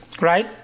Right